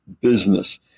business